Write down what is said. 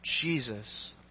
Jesus